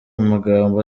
magambo